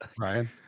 Ryan